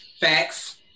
Facts